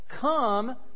come